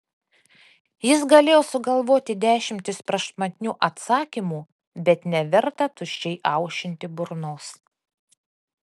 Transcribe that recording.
jis galėjo sugalvoti dešimtis prašmatnių atsakymų bet neverta tuščiai aušinti burnos